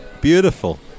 beautiful